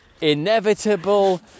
inevitable